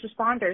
responders